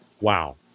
Wow